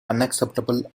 unacceptable